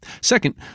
Second